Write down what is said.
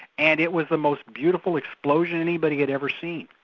and it was the most beautiful explosion anybody had ever seen.